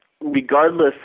regardless